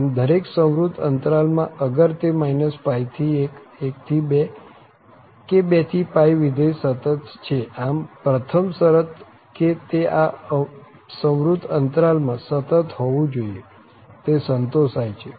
આમ દરેક સંવૃત અંતરાલ માં અગર તે π થી 1 1 થી 2 કે 2 થી વિધેય સતત છેઆમ પ્રથમ શરત કે તે આ સંવૃત અંતરાલ માં સતત હોવું જોઈએ તે સંતોષાય છે